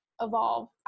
evolve